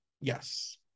Yes